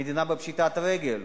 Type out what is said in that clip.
המדינה בפשיטת רגל.